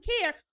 care